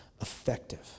effective